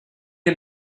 and